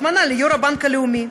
התמנה ליו"ר הבנק הבינלאומי,